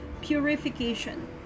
purification